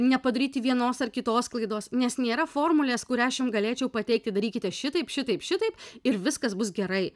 nepadaryti vienos ar kitos klaidos nes nėra formulės kurią aš jum galėčiau pateikti darykite šitaip šitaip šitaip ir viskas bus gerai